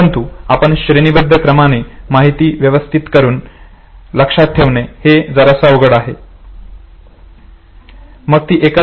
परंतु आपण श्रेणीबद्ध क्रमाने माहिती व्यवस्थित करून हे लक्षात ठेवणे खूप अवघड होते हे जाणून घेणे अवघड होते